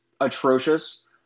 atrocious